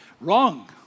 Wrong